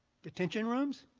detention rooms?